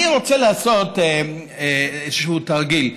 אני רוצה לעשות איזה תרגיל.